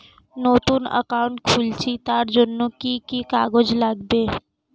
নতুন অ্যাকাউন্ট খুলছি তার জন্য কি কি কাগজ লাগবে?